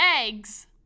eggs